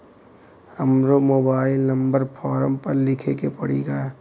हमरो mobile number forum पर लिखे के पड़ी का?